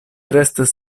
restas